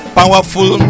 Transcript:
powerful